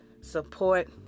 support